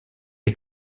est